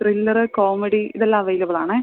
thriller comedy ഇതെല്ലാം available ആണ്